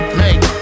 make